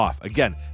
Again